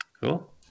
cool